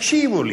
תקשיבו לי,